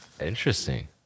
interesting